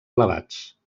elevats